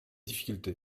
difficultés